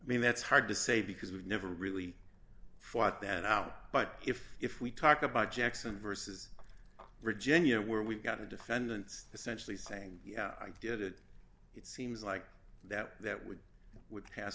mean that's hard to say because we've never really fought that out but if if we talk about jackson versus virginia where we've got a defendant essentially saying i get it it seems like that that would would pass